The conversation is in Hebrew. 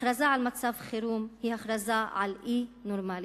הכרזה על מצב חירום היא הכרזה על אי-נורמליות.